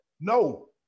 No